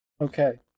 Okay